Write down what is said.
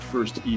First